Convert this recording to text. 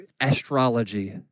astrology